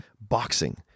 boxing